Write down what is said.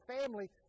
family